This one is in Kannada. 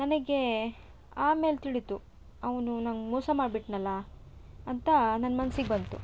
ನನಗೆ ಆಮೇಲೆ ತಿಳಿಯಿತು ಅವನು ನಂಗೆ ಮೋಸ ಮಾಡಿಬಿಟ್ನಲ್ಲ ಅಂತ ನನ್ನ ಮನ್ಸಿಗೆ ಬಂತು